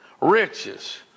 riches